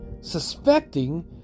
Suspecting